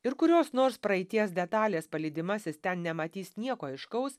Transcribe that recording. ir kurios nors praeities detalės palydimasis ten nematys nieko aiškaus